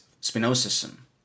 Spinozism